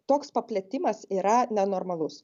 toks paplitimas yra nenormalus